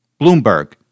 Bloomberg